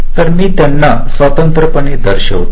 तर मी त्यांना स्वतंत्रपणे दर्शवित आहे